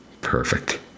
perfect